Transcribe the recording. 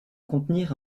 contenir